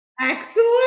Excellent